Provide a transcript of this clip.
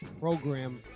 Program